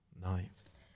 knives